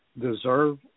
deserve